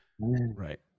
Right